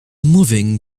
moving